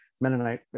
Mennonite